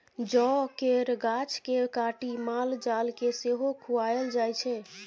जौ केर गाछ केँ काटि माल जाल केँ सेहो खुआएल जाइ छै